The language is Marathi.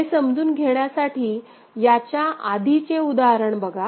हे समजून घेण्यासाठी याच्या आधीचे उदाहरण बघा